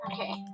Okay